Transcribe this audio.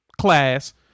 class